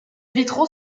vitraux